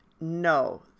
No